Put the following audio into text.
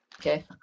Okay